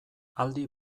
aldi